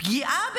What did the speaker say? פגיעה בעיתונאים,